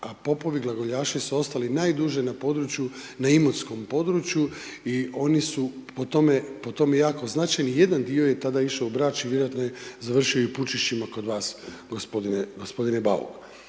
a popovi glagoljaši su ostali najduže na području, na imotskom području i oni su po tome jako značajni, jedan dio je tada išao u Brač i vjerojatno je završio i u Pučišćima kod vas, g. Bauk.